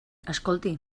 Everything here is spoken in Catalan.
escolti